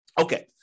Okay